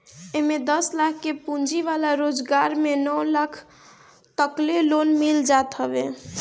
एमे दस लाख के पूंजी वाला रोजगार में नौ लाख तकले लोन मिल जात हवे